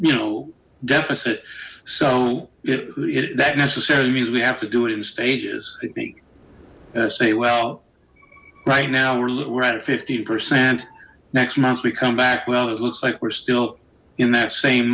you know deficit so that necessarily means we have to do it in stages i think say well right now we're at a fifteen percent next months we come back well it looks like we're still in that same